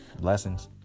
Blessings